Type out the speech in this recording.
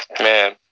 Man